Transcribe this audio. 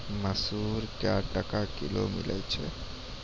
मसूर क्या टका किलो छ?